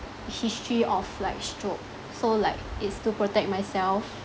history of like stroke so like is to protect myself